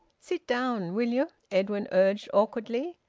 sit down, will you? edwin urged awkwardly.